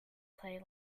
play